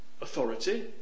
authority